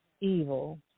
evil